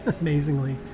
amazingly